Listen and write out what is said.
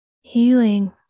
Healing